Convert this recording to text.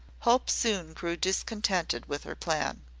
hope soon grew discontented with her plan.